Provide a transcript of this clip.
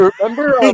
Remember